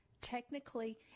technically